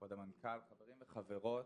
כבוד המנכ"ל, חברים וחברות.